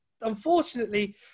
unfortunately